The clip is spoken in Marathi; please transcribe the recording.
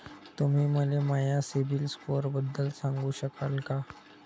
तुम्ही मले माया सीबील स्कोअरबद्दल सांगू शकाल का?